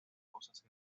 cosas